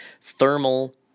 thermal